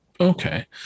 Okay